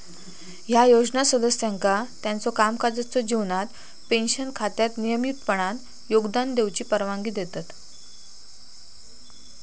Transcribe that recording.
ह्या योजना सदस्यांका त्यांच्यो कामकाजाच्यो जीवनात पेन्शन खात्यात नियमितपणान योगदान देऊची परवानगी देतत